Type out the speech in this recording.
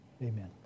amen